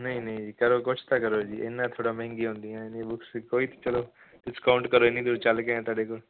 ਨਹੀਂ ਨਹੀਂ ਜੀ ਕਰੋ ਕੁਛ ਤਾਂ ਕਰੋ ਜੀ ਇੰਨਾਂ ਥੋੜ੍ਹਾ ਮਹਿੰਗੀ ਹੁੰਦੀਆਂ ਨੇ ਬੁੱਕਸ ਕੋਈ ਅਤੇ ਚਲੋ ਡਿਸਕਾਊਂਟ ਕਰੋ ਇੰਨੀ ਦੂਰੋਂ ਚੱਲ ਕੇ ਆਏ ਤੁਹਾਡੇ ਕੋਲ